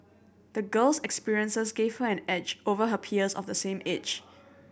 the girl's experiences gave her an edge over her peers of the same age